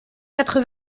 quatre